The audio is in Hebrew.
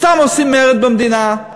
סתם עושים מרד במדינה.